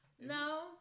No